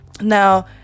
Now